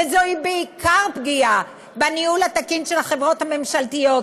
וזוהי בעיקר פגיעה בניהול התקין של החברות הממשלתיות.